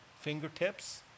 fingertips